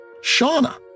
Shauna